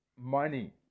money